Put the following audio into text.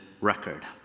Record